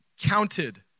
counted